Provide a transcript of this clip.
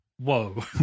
Whoa